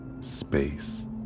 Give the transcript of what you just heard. space